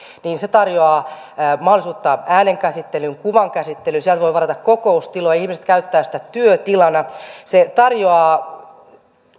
niin se tarjoaa mahdollisuutta äänenkäsittelyyn kuvankäsittelyyn sieltä voi varata kokoustiloja ihmiset käyttävät sitä työtilana se tarjoaa